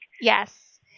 Yes